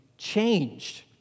changed